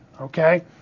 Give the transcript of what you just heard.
Okay